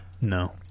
No